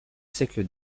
siècle